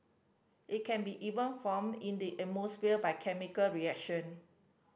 it can be even formed in the by chemical reaction